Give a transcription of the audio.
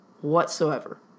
whatsoever